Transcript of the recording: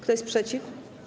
Kto jest przeciw?